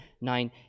nine